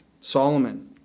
Solomon